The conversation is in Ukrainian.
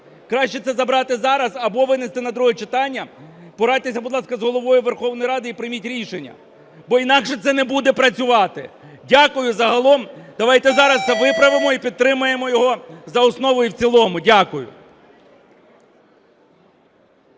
краще це забрати зараз або винести на друге читання. Порадьтеся, будь ласка, з Головою Верховної Ради і прийміть рішення. Бо інакше це не буде працювати. Дякую. Загалом давайте зараз це виправимо і підтримаємо його за основу і в цілому. Дякую.